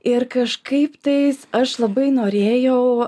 ir kažkaiptais aš labai norėjau